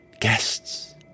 guests